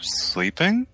sleeping